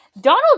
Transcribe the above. Donald